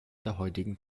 heutigen